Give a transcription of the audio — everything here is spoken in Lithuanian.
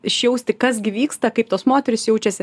išjausti kas gi vyksta kaip tos moterys jaučiasi